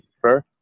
prefer